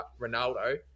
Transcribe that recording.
Ronaldo